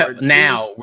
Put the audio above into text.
Now